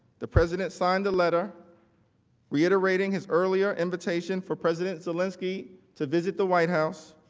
the president signed a letter reiterating his earlier invitation for president zelensky to visit the white house,